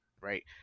right